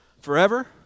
forever